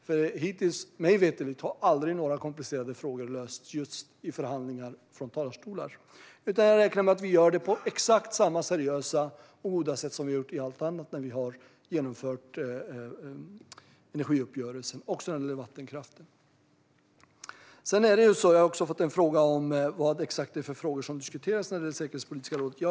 Mig veterligt har aldrig några komplicerade frågor lösts i förhandlingar från talarstolar, utan jag räknar med att vi gör det på exakt samma seriösa och goda sätt som vi har gjort när vi har genomfört energiuppgörelser också när det gäller vattenkraften. Jag har också fått en fråga vad exakt det är för frågor som diskuteras i det säkerhetspolitiska rådet.